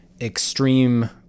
extreme